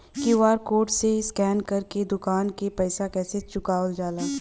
QR code से scan कर के दुकान के पैसा कैसे चुकावल जाला?